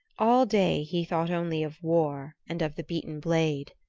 all day he thought only of war and of the beaten blade.